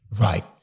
Right